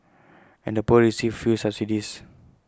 and the poor received few subsidies